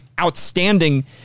outstanding